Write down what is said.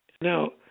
Now